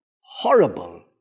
horrible